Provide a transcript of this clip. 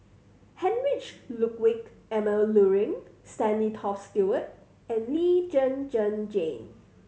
Heinrich Ludwig Emil Luering Stanley Toft Stewart and Lee Zhen Zhen Jane